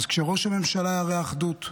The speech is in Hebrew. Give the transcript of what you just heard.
אז כשראש הממשלה יראה אחדות,